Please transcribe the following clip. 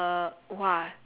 ya